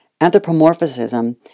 Anthropomorphism